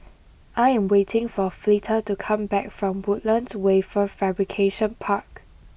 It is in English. I am waiting for Fleta to come back from Woodlands Wafer Fabrication Park